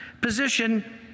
position